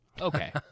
Okay